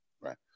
right